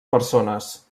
persones